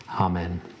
Amen